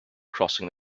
crossing